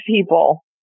people